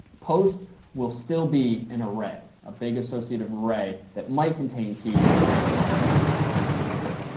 post will still be in array, a big associate of array that might contain keys but might not depending on what the user did.